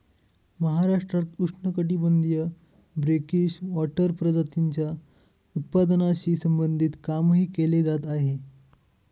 महाराष्ट्रात उष्णकटिबंधीय brackish water प्रजातींच्या उत्पादनाशी संबंधित कामही केले जात आहे